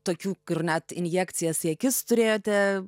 tokių kur net injekcijas į akis turėjote